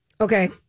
Okay